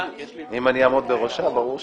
אם אני אעמוד בראשה, ברור שכן.